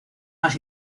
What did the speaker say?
más